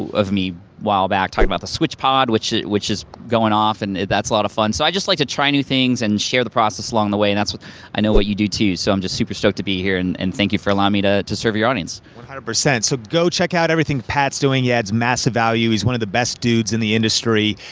of me a while back talking about the switchpod which which is going off and that's a lot of fun, so i just like to try new things and share the process along the way. and that's what i know you do too, so i'm just super stoked to be here and and thank you for allowing me to to serve your audience. one hundred percent, so go check out everything pat's doing, he adds massive value, he's one of the best dudes in the industry,